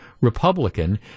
Republican